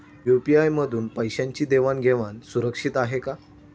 UPI मधून पैशांची देवाण घेवाण सुरक्षित आहे का?